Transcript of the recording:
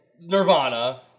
Nirvana